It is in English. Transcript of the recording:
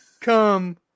come